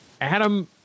Adam